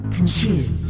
Consume